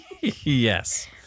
Yes